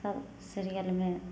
सब सीरियलमे